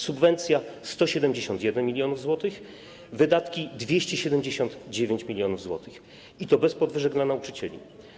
Subwencja - 171 mln zł, wydatki - 279 mln zł, i to bez podwyżek dla nauczycieli.